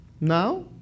Now